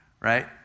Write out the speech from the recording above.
right